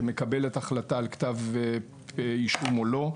שמקבלת החלטה על כתב אישום או לא.